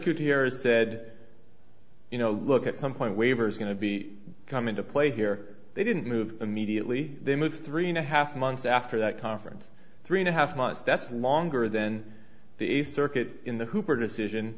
gutierrez said you know look at some point waivers going to be come into play here they didn't move immediately they moved three and a half months after that conference three and a half months that's longer than the eighth circuit in the hooper decision